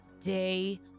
day